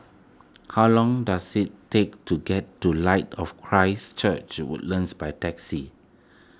how long does it take to get to Light of Christ Church Woodlands by taxi